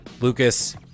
Lucas